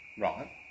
Right